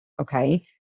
okay